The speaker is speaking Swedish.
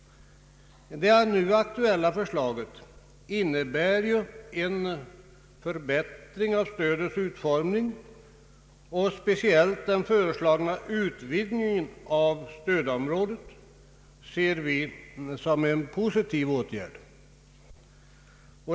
Det nu aktuella förslaget innebär en förbättring av stödets utformning, och vi ser speciellt den föreslagna utvidgningen av stödområdet som en positiv åtgärd.